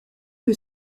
que